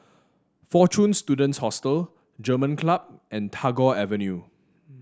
Fortune Students Hostel German Club and Tagore Avenue